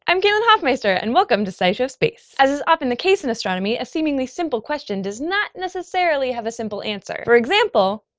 i'm caitlin hofmeister and welcome to scishow space. as is often the case in astronomy, a seemingly simple question does not necessarily have a simple answer. for example,